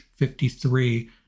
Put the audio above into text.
53